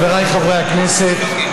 חבריי חברי הכנסת,